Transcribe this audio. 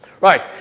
Right